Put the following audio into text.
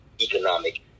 economic